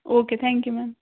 okay thank you ma'am